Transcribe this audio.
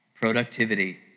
Productivity